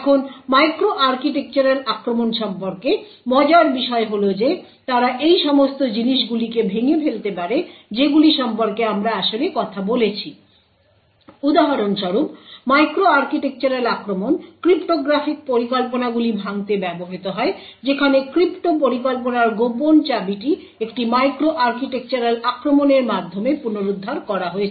এখন micro architectural আক্রমণ সম্পর্কে মজার বিষয় হল যে তারা এই সমস্ত জিনিসগুলিকে ভেঙে ফেলতে পারে যেগুলি সম্পর্কে আমরা আসলে কথা বলেছি উদাহরণস্বরূপ মাইক্রো আর্কিটেকচারাল আক্রমণ ক্রিপ্টোগ্রাফিক পরিকল্পনাগুলি ভাঙতে ব্যবহৃত হয় যেখানে ক্রিপ্টো পরিকল্পনার কোভার্ট চাবিটি একটি মাইক্রো আর্কিটেকচারাল আক্রমণের মাধ্যমে পুনরুদ্ধার করা হয়েছে